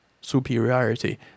superiority